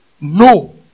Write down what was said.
No